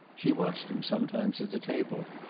she watched him sometimes, at the table,